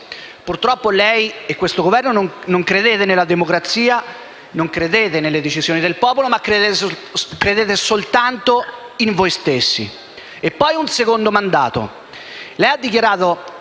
Purtroppo, lei e questo Governo non credete nella democrazia e nelle decisioni del popolo, ma credete soltanto in voi stessi. E poi un secondo mandato: